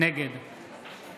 נגד